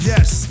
Yes